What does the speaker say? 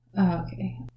okay